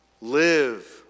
live